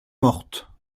mortes